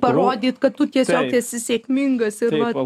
parodyt kad tu tiesiog esi sėkmingas ir vat